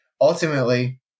ultimately